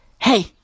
hey